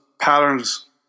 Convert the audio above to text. patterns